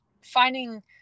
finding